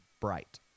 bright